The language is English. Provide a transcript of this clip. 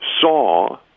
saw